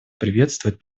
приветствует